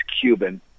Cuban